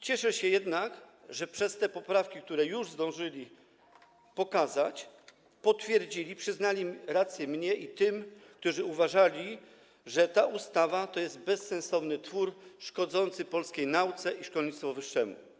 Cieszę się jednak, że przez te poprawki, które już zdążyli pokazać, potwierdzili, przyznali rację mnie i tym, którzy uważali, że ta ustawa to bezsensowny twór szkodzący polskiej nauce i szkolnictwu wyższemu.